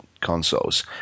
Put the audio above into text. consoles